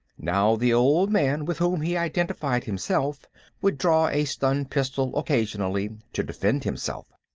now, the old man with whom he identified himself would draw a stun-pistol, occasionally, to defend himself.